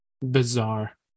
Bizarre